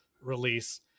release